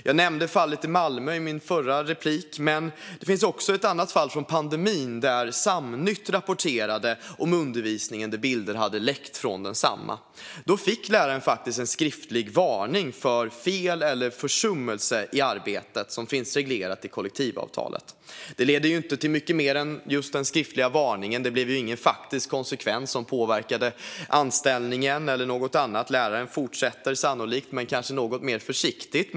Jag nämnde fallet i Malmö i mitt förra inlägg. Det finns också ett fall från pandemin, då Samnytt rapporterade om undervisning där bilder hade läckt från densamma. I det fallet fick läraren faktiskt en skriftlig varning för fel eller försummelse i arbetet, som finns reglerat i kollektivavtalet. Det ledde inte till mycket mer än den skriftliga varningen; det blev ingen faktisk konsekvens som påverkade anställningen eller något annat. Läraren fortsätter sannolikt, kanske något mer försiktigt.